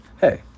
Hey